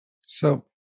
So-